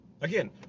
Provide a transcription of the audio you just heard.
Again